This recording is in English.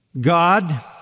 God